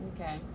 Okay